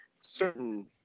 certain